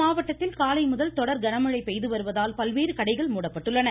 இம்மாவட்டத்தில் காலை முதல் தொடர் கனமழை பெய்து வருவதால் பல்வேறு கடைகள் மூடப்பட்டுள்ளன